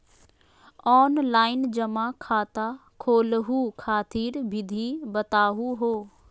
Online जमा खाता खोलहु खातिर विधि बताहु हो?